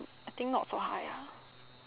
I think not so high ah